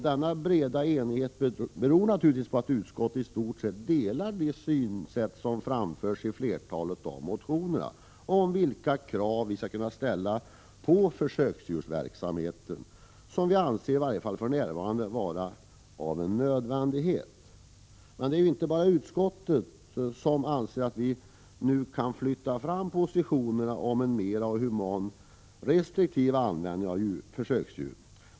Denna breda enighet beror naturligtvis på att utskottet i stort sett delar det synsätt som framförs i flertalet av motionerna i fråga om vilka krav som kan ställas på försöksdjursverksamheten, som vi för närvarande anser vara en nödvändighet. Det är inte bara utskottet som anser att det nu går att flytta fram positionerna för en mera human och restriktiv användning av försöksdjur.